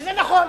וזה נכון.